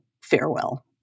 farewell